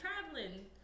traveling